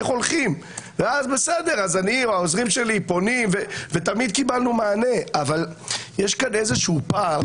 אז אני או העוזרים שלי פונים ותמיד קיבלנו מענה אבל יש כאן איזשהו פער